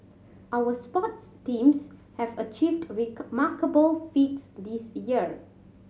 our sports teams have achieved remarkable feats this year